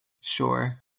Sure